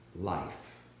life